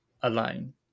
alone